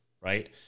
Right